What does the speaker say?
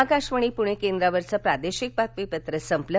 आकाशवाणी पुणे केंद्रावरचं प्रादेशिक बातमीपत्र संपलं